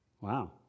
Wow